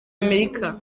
amerika